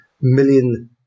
million